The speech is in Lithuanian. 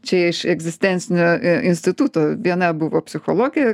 čia iš egzistencinio a instituto viena buvo psichologė